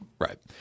Right